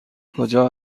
کجا